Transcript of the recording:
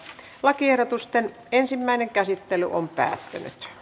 lakiehdotusten ensimmäinen käsittely päättyi